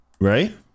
right